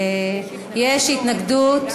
יש התנגדות.